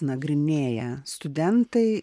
nagrinėja studentai